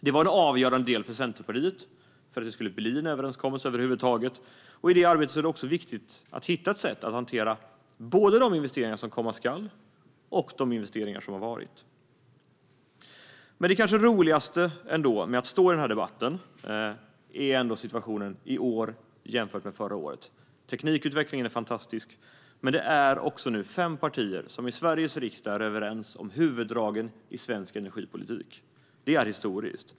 Det var för Centerpartiet en avgörande del för att det skulle bli en överenskommelse över huvud taget. I det arbetet är det viktigt att hitta ett sätt att hantera både de investeringar som komma skall och de investeringar som har varit. Det kanske roligaste med att delta i denna debatt är situationen i år jämfört med förra året. Teknikutvecklingen är fantastisk. Men det är nu också fem partier i Sveriges riksdag som är överens om huvuddragen i svensk energipolitik. Det är historiskt.